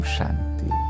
Shanti